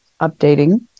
updating